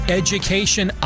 education